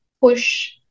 push